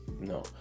no